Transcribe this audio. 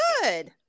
good